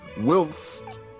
whilst